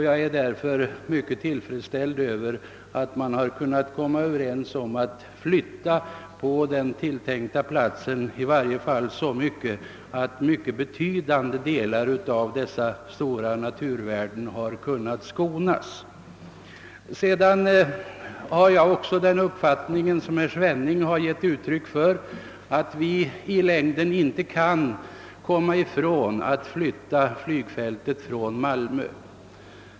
Jag är därför mycket tillfredsställd över att man kunnat komma överens om att flytta på den tilltänkta platsen, i varje fall så mycket, att betydande delar av stora naturvärden kan skonas. Även jag har den uppfattning som herr Svenning gett uttryck för, nämligen att vi i längden inte kan komma ifrån att flytta flygfältet från Malmö.